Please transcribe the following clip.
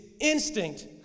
instinct